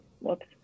whoops